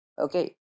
okay